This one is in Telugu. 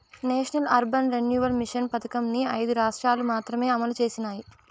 నేషనల్ అర్బన్ రెన్యువల్ మిషన్ పథకంని ఐదు రాష్ట్రాలు మాత్రమే అమలు చేసినాయి